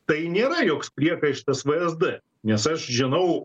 tai nėra joks priekaištas vsd nes aš žinau